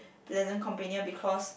pleasant companion because